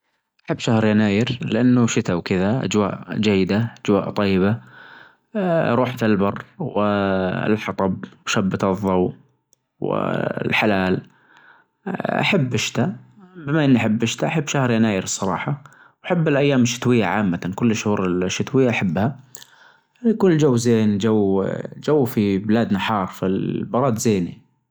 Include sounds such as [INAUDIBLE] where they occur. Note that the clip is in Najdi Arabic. أحب شهر يناير لأنه شتا وكدا أچواء چيدة أچواء طيبة، [HESITATION] روحة البر والحطب وشبة هالظو والحلال، أحب الشتا بما إنى أحب الشتا أحب شهر يناير الصراحة، أحب الأيام الشتوية عمتا كل شهور الشتوية أحيبها، يكون الچو زين جو-الچو في بلادنا حار في البرد زين.